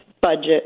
budget